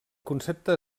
concepte